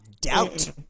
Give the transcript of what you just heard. doubt